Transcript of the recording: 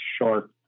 short